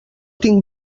tinc